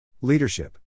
Leadership